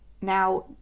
now